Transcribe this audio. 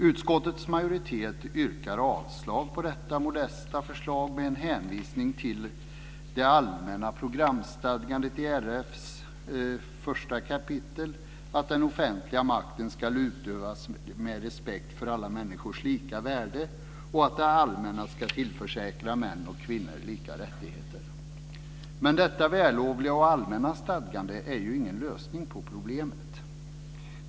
Utskottets majoritet avstyrker detta modesta förslag med hänvisning till det allmänna programstadgandet i RF:s 1 kap. att den offentliga makten ska utövas med respekt för alla människors lika värde och att det allmänna ska tillförsäkra män och kvinnor lika rättigheter. Detta vällovliga och allmänna stadgande är ingen lösning på problemet.